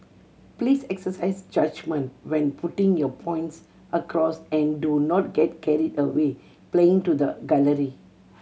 please exercise judgement when putting your points across and do not get carried away playing to the gallery